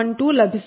12 లభిస్తుంది